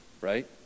right